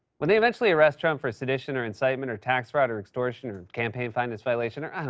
when they eventually arrest trump for sedition or incitement or tax fraud or extortion or campaign finance violation or, i don't